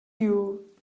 you